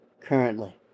currently